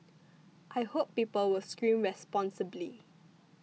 I hope people will scream responsibly